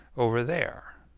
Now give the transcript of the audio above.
over there,